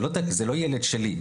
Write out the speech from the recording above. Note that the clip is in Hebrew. זה לא ילד שלי,